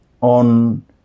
on